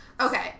Okay